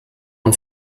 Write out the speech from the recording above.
und